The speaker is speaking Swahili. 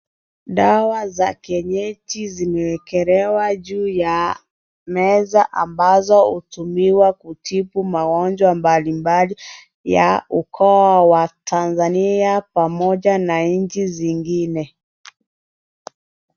Dawa za kienyeji zimewekelewa juu ya meza ambazo hutumiwa kutibu magonjwa mbalimbali ya mkoa wa Tanzania pamoja na nchi zingine.